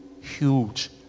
huge